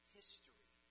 history